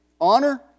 honor